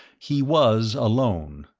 he was alone,